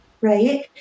right